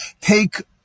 take